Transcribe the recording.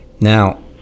Now